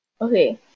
okay